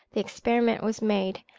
the experiment was made,